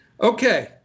Okay